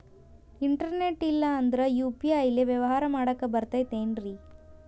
Internet ಇಲ್ಲಂದ್ರ UPI ಲೇ ವ್ಯವಹಾರ ಮಾಡಾಕ ಬರತೈತೇನ್ರೇ?